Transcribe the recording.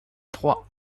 trois